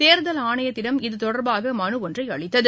தோதல் ஆணையத்திடம் இது தொடா்பாக மனு ஒன்றை அளித்தனர்